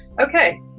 Okay